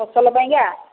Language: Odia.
ଫସଲ ପାଇଁକା